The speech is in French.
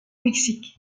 mexique